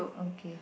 okay